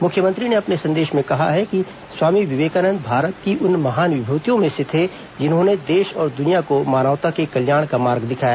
मुख्यमंत्री ने अपने संदेश में कहा कि स्वामी विवेकानंद भारत की उन महान विभूतियों में से थे जिन्होंने देश और दुनिया को मानवता के कल्याण का मार्ग दिखाया